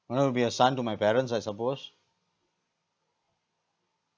I know be a son to my parents I suppose